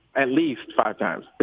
at least five times.